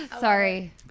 Sorry